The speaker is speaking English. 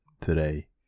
today